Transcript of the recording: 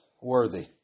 worthy